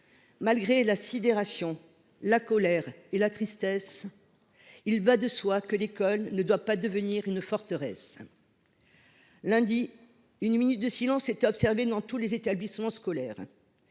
Malgré la sidération, la colère et la tristesse, il va de soi que l’école ne doit pas devenir une forteresse. Lundi dernier, une minute de silence a été observée dans tous les établissements scolaires.